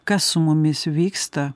kas su mumis vyksta